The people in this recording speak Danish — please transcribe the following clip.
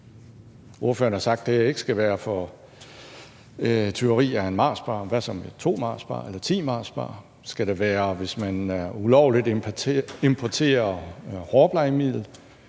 Ordføreren har sagt, at det ikke skal være for tyveri af en Marsbar. Men hvad så med to Marsbarer eller ti Marsbarer? Skal det være, hvis man ulovligt importerer et hårplejemiddel